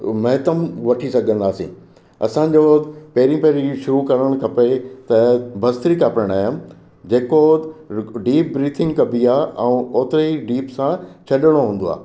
महितमु वठी सघंदासीं असांजो पहिरीं पहिरीं शुरू करणु खपे त भस्त्रिका प्राणायाम जेको डीप ब्रीथिंग कबी आहे ऐं ओतिरी डीप सां छॾिणो हूंदो आहे